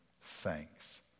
thanks